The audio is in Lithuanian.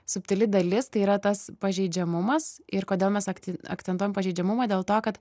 subtili dalis tai yra tas pažeidžiamumas ir kodėl mes akcentuojam pažeidžiamumą dėl to kad